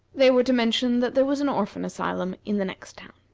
they were to mention that there was an orphan asylum in the next town.